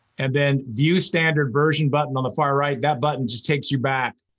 and then view standard version button on the far right, that button just takes you back,